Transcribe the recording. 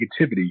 negativity